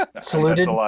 Saluted